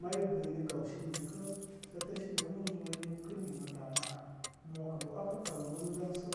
Mari gəni gawsimi dikə sə təsimi ən mə zo ninkə ni mə danə an mokə mə ávəkə kaw manu daŋsə